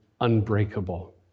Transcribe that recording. unbreakable